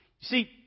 see